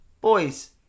Boys